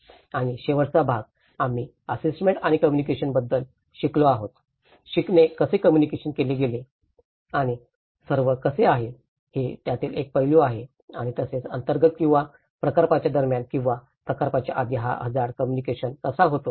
आणि शेवटचा भाग आम्ही आस्सेसमेंट आणि कम्युनिकेशन याबद्दल शिकलो आहोत शिकणे कसे कम्युनिकेशन केले गेले आणि सर्व कसे आहे हे त्यातील एक पैलू आहे आणि तसेच अंतर्गत किंवा प्रकल्पाच्या दरम्यान किंवा प्रकल्पाच्या आधी हा हझार्ड कम्युनिकेशन कसा होता